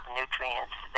nutrients